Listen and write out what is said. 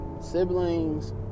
Siblings